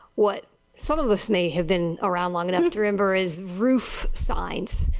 what some of us may have been around long enough to remember is roofer signs